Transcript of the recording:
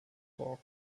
fork